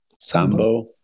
Sambo